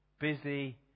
busy